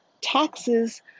taxes